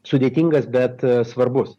sudėtingas bet svarbus